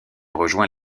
rejoint